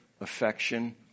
affection